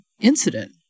incident